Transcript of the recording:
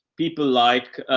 people like,